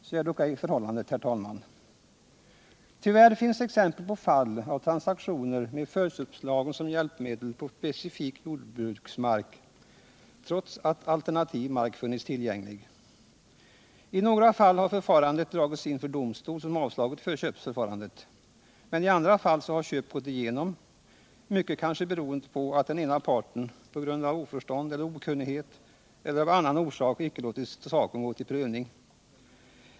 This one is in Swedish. Så är dock ej förhållandet, herr talman. Tyvärr finns exempel på fall av transaktioner med förköpslagen som hjälpmedel på specifik jordbruksmark, trots att alternativ mark funnits tillgänglig. I några fall har förfarandet dragits inför domstol som avslagit förköpsförfarandet, men i andra fall har köp gått igenom, mycket kanske beroende på att den ena parten på grund av oförstånd, okunnighet eller av annan orsak icke låtit saken gå till prövning.